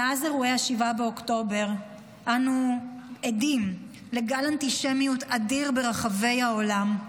מאז אירוע 7 באוקטובר אנו עדים לגל אנטישמיות אדיר ברחבי העולם.